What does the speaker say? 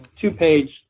two-page